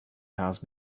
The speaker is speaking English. house